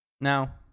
Now